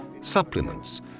supplements